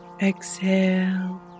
Exhale